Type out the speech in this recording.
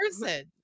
person